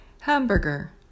Hamburger